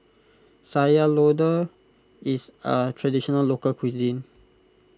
Sayur Lodeh is a Traditional Local Cuisine